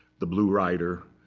the blue rider,